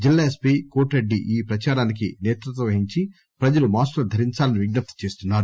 జిల్లా ఎస్పీ కోటి రెడ్డి ఈ ప్రదారానికి నేతృత్వం వహించి ప్రజలు మాస్కులు ధరించాలని విజ్ఞప్తి చేస్తున్నారు